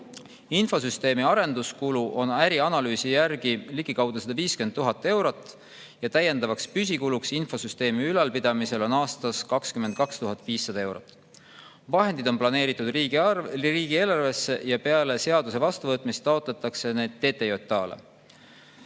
Infosüsteemi arendamise kulu on ärianalüüsi järgi ligikaudu 150 000 eurot ja täiendav püsikulu infosüsteemi ülalpidamiseks on aastas 22 500 eurot. Vahendid on planeeritud riigieelarvesse ja peale seaduse vastuvõtmist taotletakse need TTJA‑le.